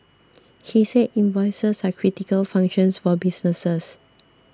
he said invoices are critical functions for businesses